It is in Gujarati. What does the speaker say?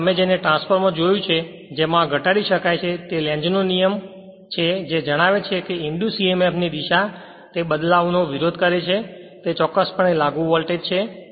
હવે તમે જે ટ્રાન્સફોર્મર જોયું છે કે જેમાં આ ઘટાડી શકાય છે જે લેન્ઝનો નિયમ છે જે જણાવે છે કે ઇંડ્યુસ Emf ની દિશા તે બદલાવનો વિરોધ કરે છે જે તે ચોક્કસપણે લાગુ વોલ્ટેજ છે